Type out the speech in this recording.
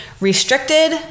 restricted